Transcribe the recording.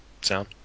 sound